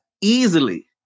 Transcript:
easily